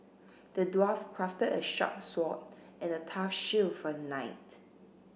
the dwarf crafted a sharp sword and a tough shield for knight